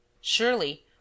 Surely